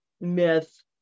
myth